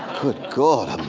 good god